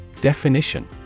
Definition